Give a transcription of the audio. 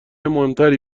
مهمتری